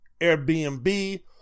Airbnb